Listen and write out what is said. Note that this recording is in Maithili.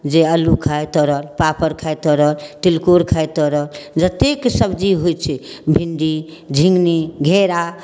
जे आलू खाय तरल पापड़ खाय तरल तिलकोर खाय तरल जतेक सब्जी होइ छै भिण्डी झिगुणी घेरा